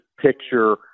picture